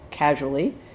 casually